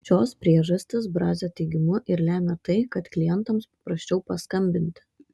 šios priežastys brazio teigimu ir lemia tai kad klientams paprasčiau paskambinti